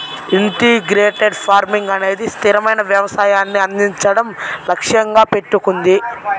integrated farming అనేది స్థిరమైన వ్యవసాయాన్ని అందించడం లక్ష్యంగా పెట్టుకుంది